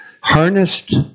Harnessed